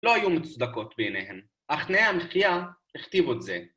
לא היו מוצדקות בעיניהן, אך תנאי המחיה הכתיבו את זה.